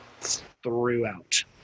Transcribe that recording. throughout